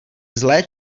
zlé